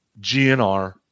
GNR